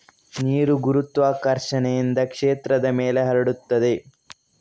ನೀರು ಗುರುತ್ವಾಕರ್ಷಣೆಯಿಂದ ಕ್ಷೇತ್ರದ ಮೇಲೆ ಹರಡುತ್ತದೆ